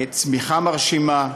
צמיחה מרשימה,